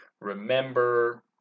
Remember